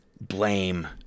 blame